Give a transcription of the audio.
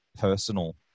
personal